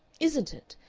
isn't it.